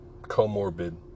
comorbid